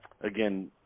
again